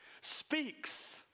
speaks